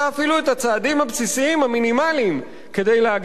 הבסיסיים המינימליים כדי להגן על האזרחים.